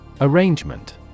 Arrangement